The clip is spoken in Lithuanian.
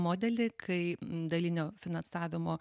modelį kai dalinio finansavimo